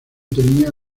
tenía